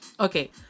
Okay